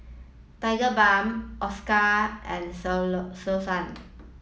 Tigerbalm Osteocare and Selsun